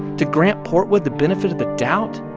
to grant portwood the benefit of the doubt?